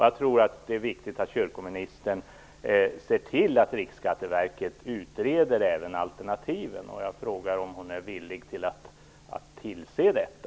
Jag tror att det är viktigt att kyrkoministern ser till att Riksskatteverket utreder även alternativen. Är ministern villig att tillse detta?